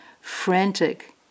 Frantic